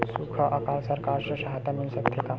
सुखा अकाल सरकार से सहायता मिल सकथे का?